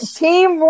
team